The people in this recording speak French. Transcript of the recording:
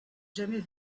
jamais